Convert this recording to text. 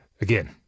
again